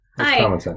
Hi